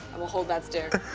we'll hold that stare.